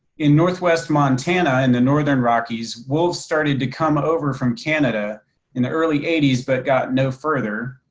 in northwest montana and the northern rockies wolves started to come over from canada in the early eighty s, but got no further.